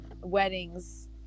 weddings